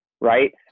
right